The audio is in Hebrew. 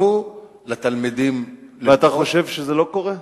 תנו לתלמידים לבחור, ואתה חושב שזה לא קורה?